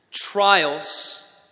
trials